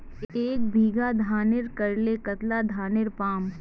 एक बीघा धानेर करले कतला धानेर पाम?